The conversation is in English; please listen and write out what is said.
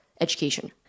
education